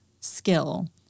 skill